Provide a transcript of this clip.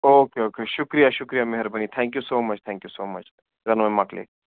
او کے okay شُکرِیہ شُکریہ مہربٲنۍ thank you so much thank you so much چلو مۄکلے